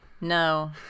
No